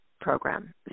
program